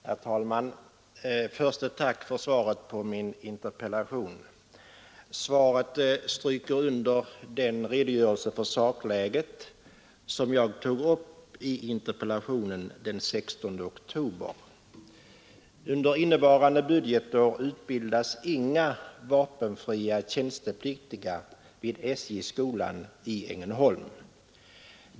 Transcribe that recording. Herr talman! Först ett tack för svaret på min interpellation. Svaret stryker under den redogörelse för sakläget som jag tog upp i interpellationen den 16 oktober. Under innevarande budgetår utbildas inga vapenfria tjänstepliktiga vid SJ-skolan i Ängelholm.